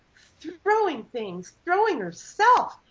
throwing things. throwing herself.